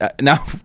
now